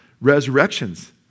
resurrections